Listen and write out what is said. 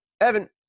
Evan